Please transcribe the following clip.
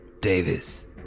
Davis